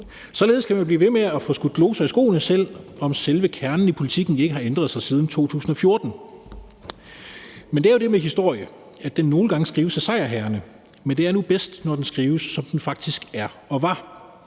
Således kan man blive ved med at blive skudt gloser i skoene, selv om selve kernen i politikken ikke har ændret sig siden 2014. Men det er jo det med historie, at den nogle gange skrives af sejrherrerne, men det er nu bedst, når den skrives, som den faktisk er og var.